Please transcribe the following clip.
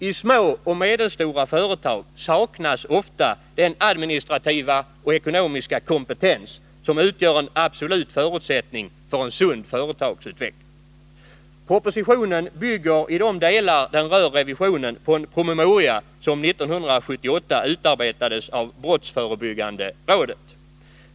I små och medelstora företag saknas ofta den administrativa och ekonomiska kompetens som utgör en absolut förutsättning för en sund företagsutveckling. Propositionen bygger i de delar den rör revisionen på en promemoria som 1978 utarbetades av brottsförebyggande rådet.